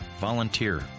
Volunteer